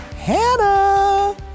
Hannah